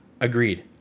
agreed